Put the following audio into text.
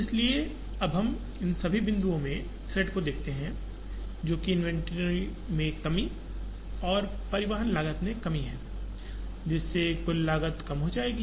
इसलिए अब हम इन सभी बिंदुओं में थ्रेड को देख सकते हैं जो कि इन्वेंट्री में कमी और परिवहन लागत में कमी है जिससे कुल लागत कम हो जाएगी